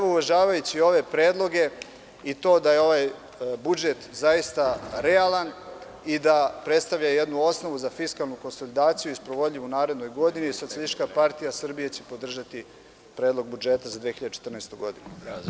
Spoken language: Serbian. Uvažavajući ove predloge i to da je ovaj budžet realan, da predstavlja jednu osnovu za fiskalnu konsolidaciju i sprovodljivu u narednoj godini, SPS će podržati Predlog budžeta za 2014. godinu.